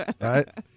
right